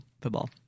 football